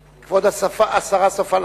תודה.